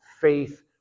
faith